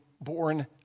born